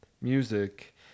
music